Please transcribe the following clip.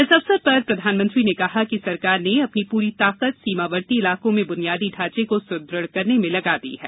इस अवसर पर प्रधानमंत्री ने कहा है कि सरकार ने अपनी पूरी ताकत सीमावर्ती इलाकों में बुनियादी ढांचे को सुदृढ करने में लगा दी है